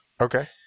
Okay